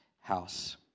house